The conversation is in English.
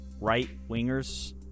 right-wingers